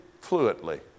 fluently